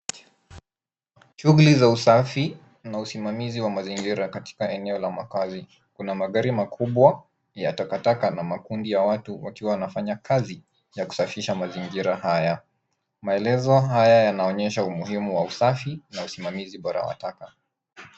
Shughuli za usafi na usimamizi wa mazingira katika eneo la makazi. Kuna magari makubwa ya takataka na makundi ya watu wakiwa wanafanya kazi ya kusafisha mazingira haya. Maelezo haya yanaonyesha umuhimu wa usafi na usimamizi bora wa taka.